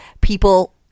people